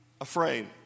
afraid